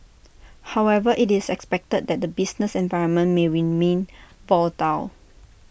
however IT is expected that the business environment may remain volatile